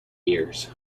years